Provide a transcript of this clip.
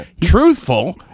Truthful